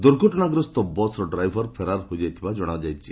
ଦୁର୍ଘଟଣାଗ୍ରସ୍ଠ ବସ୍ର ଡ୍ରାଇଭର ଫେରାର ହୋଇଯାଇଥିବା କଶାପଡ଼ିଛି